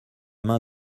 main